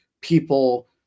people